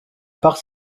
part